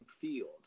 field